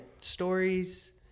stories